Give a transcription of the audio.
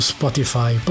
Spotify